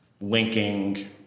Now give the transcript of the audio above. linking